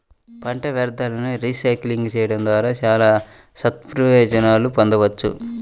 పంట వ్యర్థాలను రీసైక్లింగ్ చేయడం ద్వారా చాలా సత్ప్రయోజనాలను పొందవచ్చు